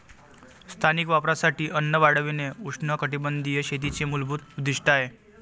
स्थानिक वापरासाठी अन्न वाढविणे उष्णकटिबंधीय शेतीचे मूलभूत उद्दीष्ट आहे